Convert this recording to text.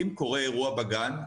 אם קורה אירוע בגן,